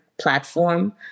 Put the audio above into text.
platform